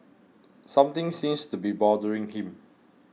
something seems to be bothering him